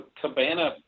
Cabana